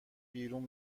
بیرون